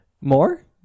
more